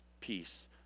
peace